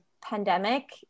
pandemic